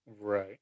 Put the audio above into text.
Right